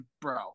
bro